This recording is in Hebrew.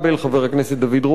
חבר הכנסת דוד רותם,